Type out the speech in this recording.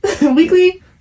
weekly